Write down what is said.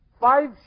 Five